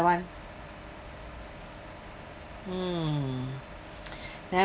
run mm then